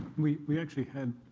we we actually had,